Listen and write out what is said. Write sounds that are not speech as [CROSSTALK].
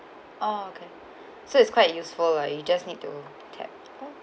okay [BREATH] so it's quite useful lah you just need to tap [NOISE]